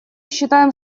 считаем